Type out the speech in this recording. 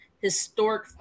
historic